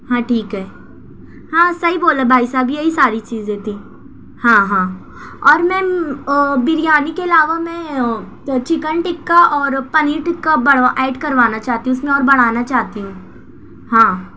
ہاں ٹھیک ہے ہاں صحیح بولا بھائی صاحب یہی ساری چیزیں تھیں ہاں ہاں اور میم بریانی کے علاوہ میں او چکن ٹکہ اور پنیر ٹکہ بڑھوا ایڈ کر وانا چاہتی ہوں اس میں اور بڑھانا چاہتی ہوں ہاں